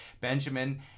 Benjamin